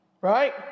right